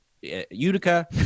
Utica